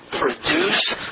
produce